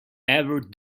ever